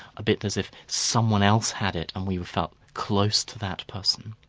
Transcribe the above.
a bit as if someone else had it and we felt close to that person.